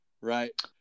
right